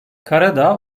karadağ